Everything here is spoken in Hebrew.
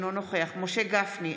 אינו נוכח משה גפני,